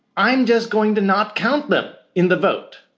i'm just going to not count them in the vote.